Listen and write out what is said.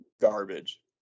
garbage